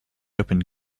opening